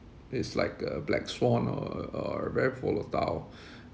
is like a black swan or a or very volatile